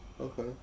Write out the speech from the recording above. Okay